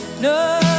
no